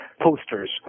posters